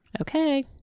Okay